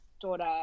daughter